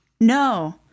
No